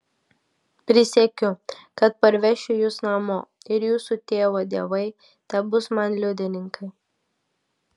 prisiekiu kad parvešiu jus namo ir jūsų tėvo dievai tebus man liudininkai